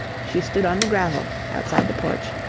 she stood on the gravel, outside the porch,